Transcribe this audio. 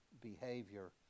behavior